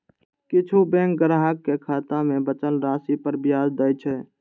किछु बैंक ग्राहक कें खाता मे बचल राशि पर ब्याज दै छै